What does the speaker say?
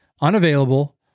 Unavailable